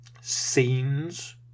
scenes